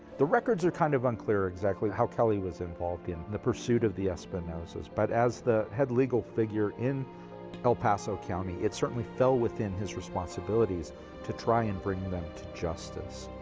the records are kind of unclear exactly how kelley was involved in the pursuit of the espinosas. but as the head legal figure in el paso county, it certainly fell within his responsibilities to try and bring them to justice.